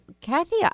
Kathy